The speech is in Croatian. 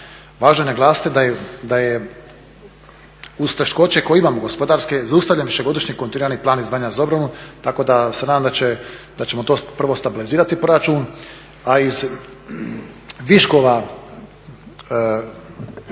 Važno je naglasiti da je uz teškoće koje imamo gospodarske … višegodišnji plan izdvajanja za obranu tako da se nadam da ćemo to prvo stabilizirati proračun, a iz viškova